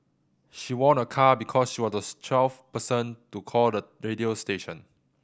she won a car because she was the twelfth person to call the radio station